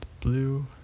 Blue